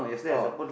oh